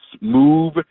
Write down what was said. move